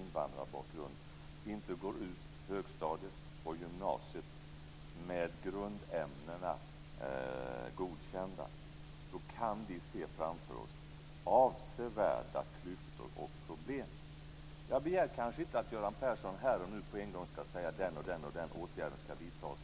invandrarbakgrund inte går ut högstadiet och gymnasiet utan godkänt i grundämnena. Jag begär kanske inte att Göran Persson här och nu ska säga vilka åtgärder som ska vidtas.